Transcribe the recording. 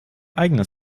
eigener